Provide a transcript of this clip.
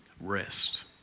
rest